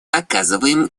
оказываем